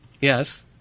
Yes